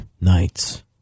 nights